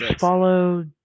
follow